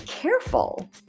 Careful